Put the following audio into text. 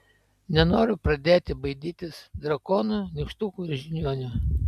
nenoriu pradėti baidytis drakonų nykštukų ir žiniuonių